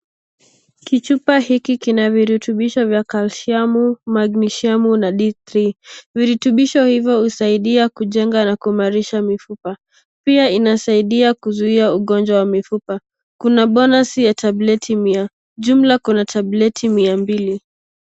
Kichupa hiki kina virutubisho vya Calcium, Magnesium na D3.Virutubisho hivyo husaidia kujenga na kuimarisha mifupa, pia inasaidia kuzuia ugonjwa wa mifupa. Kuna bonas ya tableti mia jumla kuna tableti mia mbili.